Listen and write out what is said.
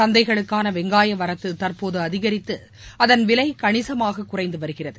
சந்தைகளுக்கான வெங்காய வரத்து தற்போது அதிகரித்து அதன் விலை கணிசமாக குறைந்து வருகிறது